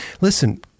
listen